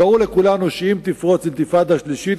ברור לכולנו שאם תפרוץ אינתיפאדה שלישית,